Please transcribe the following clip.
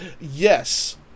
yes